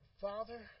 Father